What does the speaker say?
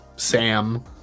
Sam